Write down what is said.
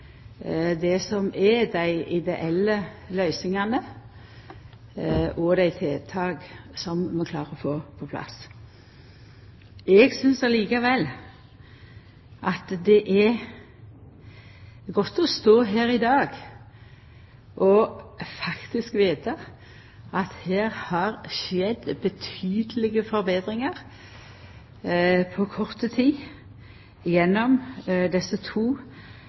det som er dei ideelle løysingane og dei tiltaka som vi klarer å få på plass. Eg synest likevel at det er godt å stå her i dag og faktisk vita at det her har skjedd betydelege forbetringar på kort tid gjennom desse to